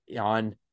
on